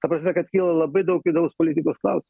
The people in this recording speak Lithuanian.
ta prasme kad kyla labai daug vidaus politikos klausimų